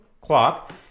clock